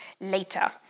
later